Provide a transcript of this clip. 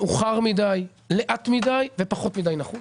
מאוחר מידי, לאט מידי ופחות מידי נחוש.